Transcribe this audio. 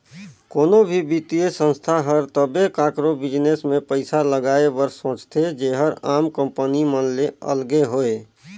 कोनो भी बित्तीय संस्था हर तबे काकरो बिजनेस में पइसा लगाए बर सोंचथे जेहर आम कंपनी मन ले अलगे होए